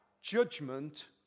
judgment